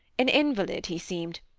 an invalid he seemed,